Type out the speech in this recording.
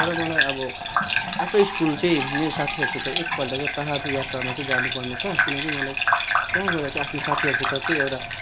तर मलाई अब आफ्नै स्कुल चाहिँ मेरो साथीहरूसित एकपल्ट चाहिँ पाहाडको यात्रामा चाहिँ जानुपर्ने छ किनकि मलाई त्यहाँ गएर चाहिँ आफ्नो साथीहरूसित चाहिँ एउटा